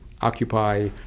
occupy